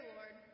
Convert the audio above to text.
Lord